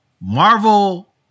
Marvel